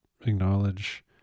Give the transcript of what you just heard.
acknowledge